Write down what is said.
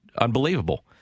Unbelievable